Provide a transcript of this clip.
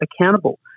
accountable